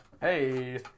Hey